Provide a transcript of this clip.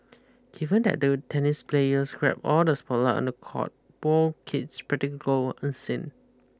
given that the tennis players grab all the spotlight on the court ball kids practically go unseen